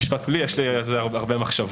במשפט פלילי יש לי על זה הרבה מחשבות.